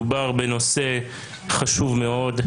מדובר בנושא חשוב מאוד.